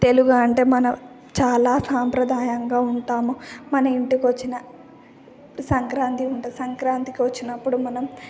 తెలుగు అంటే మనం చాలా సాంప్రదాయంగా ఉంటాము మన ఇంటికి వచ్చిన సంక్రాంతి ఉంటుంది సంక్రాంతికి వచ్చినప్పుడు మనం